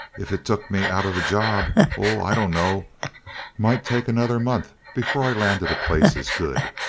if it took me out of the job? oh, i dunno. might take another month before i landed a place as good.